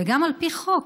וגם על פי חוק.